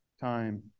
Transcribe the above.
Time